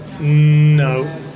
No